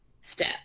step